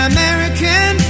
American